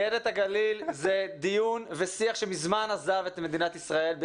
לייהד את הגליל זה דיון ושיח שמזמן עזב את מדינת ישראל כי